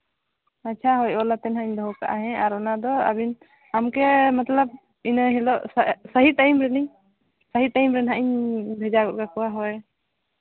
ᱟᱪᱪᱷᱟ ᱦᱳᱭ ᱚᱞ ᱠᱟᱛᱮᱫ ᱦᱟᱸᱜ ᱤᱧ ᱫᱚᱦᱚ ᱠᱟᱜᱼᱟ ᱟᱨ ᱚᱱᱟᱫᱚ ᱟᱹᱵᱤᱱ ᱟᱢᱜᱮ ᱢᱚᱛᱞᱚᱵ ᱤᱱᱟᱹ ᱦᱤᱞᱳᱜ ᱥᱟᱹᱦᱤ ᱴᱟᱭᱤᱢ ᱨᱮᱞᱤᱧ ᱥᱟᱹᱦᱤ ᱴᱟᱭᱤᱢ ᱨᱮ ᱦᱟᱸᱜ ᱤᱧ ᱵᱷᱮᱡᱟ ᱜᱚᱫ ᱠᱟᱠᱚᱣᱟ ᱦᱳᱭ